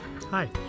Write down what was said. Hi